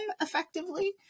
effectively